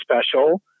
special